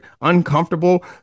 uncomfortable